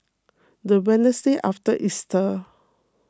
the Wednesday after Easter